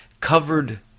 covered